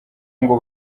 ngo